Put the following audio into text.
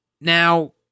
Now